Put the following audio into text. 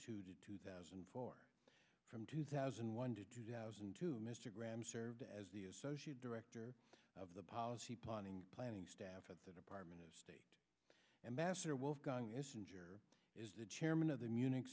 to two thousand and four from two thousand and one to two thousand and two mr graham served as the associate director of the policy planning planning staff at the department of state and master wolfgang ischinger is the chairman of the munich